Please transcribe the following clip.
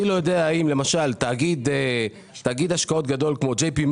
אני לא יודע אם למשל תאגיד השקעות גדול כמו ג'י.פי.